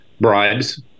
bribes